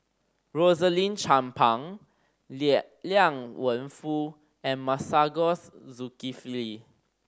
Rosaline Chan Pang Liang Wenfu and Masagos Zulkifli